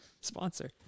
Sponsor